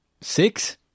Six